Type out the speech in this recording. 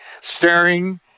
staring